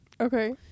Okay